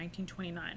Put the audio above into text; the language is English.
1929